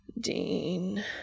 Dean